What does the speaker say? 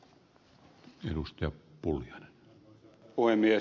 arvoisa puhemies